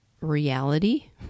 reality